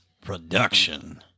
production